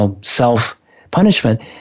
self-punishment